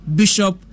bishop